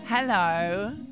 Hello